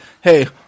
hey